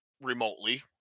remotely